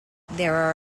there